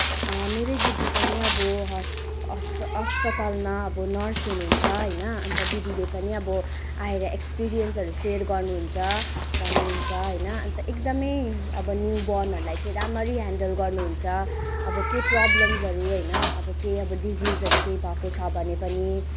मेरै दिदी पनि अब हस्प अस्प अस्पतालमा अब नर्स हुनुहुन्छ होइन अन्त दिदीले पनि अब आएर एक्सपिरिएन्सहरू सेयर गर्नुहुन्छ भन्नुहुन्छ होइन अन्त एकदमै अब न्युबर्नहरूलाई चाहिँ राम्ररी हेन्डल गर्नुहुन्छ अब केही प्रब्लम्सहरू होइन केही अब डिजिजहरू केही भएको छ भने पनि